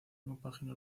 compaginó